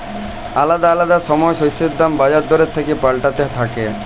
আলাদা আলাদা সময় শস্যের দাম বাজার দরের সাথে পাল্টাতে থাক্যে